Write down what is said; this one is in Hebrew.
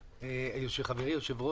טוב,